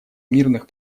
мирных